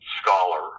scholar